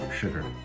sugar